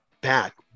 back